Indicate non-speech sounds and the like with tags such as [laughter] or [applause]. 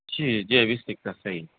جی جی ابھی [unintelligible] سہی